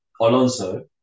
Alonso